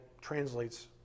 translates